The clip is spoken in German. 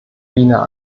wiener